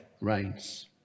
reigns